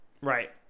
Right